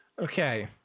Okay